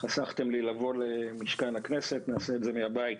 חסכתם לי לבוא למשכן הכנסת, נעשה את זה מהבית.